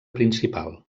principal